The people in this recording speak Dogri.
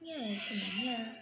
ऐ ते नी ऐ